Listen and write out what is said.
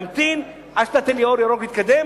להמתין עד שאתה תיתן לי אור ירוק להתקדם,